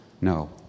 No